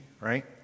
right